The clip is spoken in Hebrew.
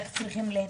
איך צריכים להתנהג.